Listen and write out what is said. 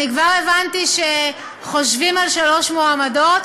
אני כבר הבנתי שחושבים על שלוש מועמדות.